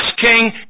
King